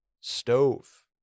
stove